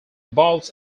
balls